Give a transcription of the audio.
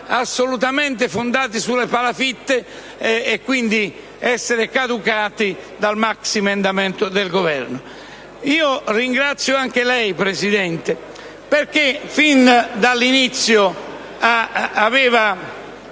assolutamente fondati sulle palafitte ed essere quindi caducati dal maxiemendamento del Governo. Ringrazio anche lei, Presidente, perché fin dall'inizio ha